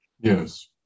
Yes